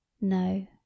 No